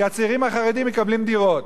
כי הצעירים החרדים מקבלים דירות.